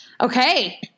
Okay